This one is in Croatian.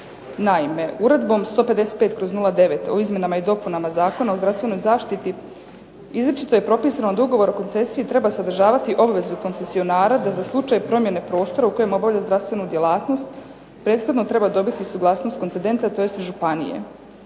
Naime, Uredbom 155/09 o izmjenama i dopunama Zakona o zdravstvenoj zaštiti izričito je propisano da Ugovor o koncesiji treba sadržavati obvezu koncesionara da za slučaj promjene prostora u kojem obavlja zdravstvenu djelatnost prethodno treba dobiti suglasnost županije.